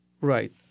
Right